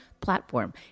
platform